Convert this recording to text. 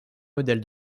modèle